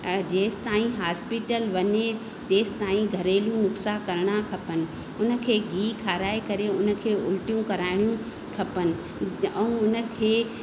ऐं जेसि ताईं हास्पिटल वञी तेसि ताईं घरेलू नुक्सा करिणा खपनि उन खे गिहु खाराए करे उन खे उल्टियूं कराइणियूंं खपनि ऐं उन खे